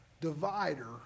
divider